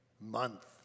month